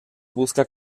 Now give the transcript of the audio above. busca